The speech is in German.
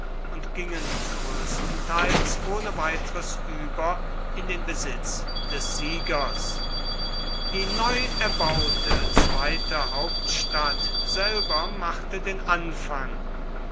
und gingen größtenteils ohne weiteres über in den besitz des siegers die neu erbaute zweite hauptstadt selber machte den anfang